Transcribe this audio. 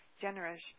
generous